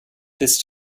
this